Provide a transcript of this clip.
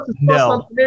no